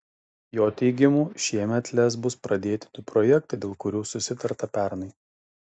jo teigimu šiemet lez bus pradėti du projektai dėl kurių susitarta pernai